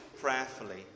Prayerfully